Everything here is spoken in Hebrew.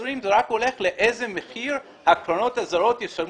כפופים גם לרגולציה של כל מיני גופים שונים וכפופים גם